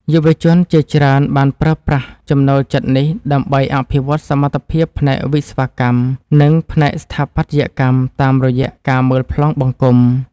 យុវជនជាច្រើនបានប្រើប្រាស់ចំណូលចិត្តនេះដើម្បីអភិវឌ្ឍសមត្ថភាពផ្នែកវិស្វកម្ម និងផ្នែកស្ថាបត្យកម្មតាមរយៈការមើលប្លង់បង្គុំ។